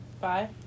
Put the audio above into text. Bye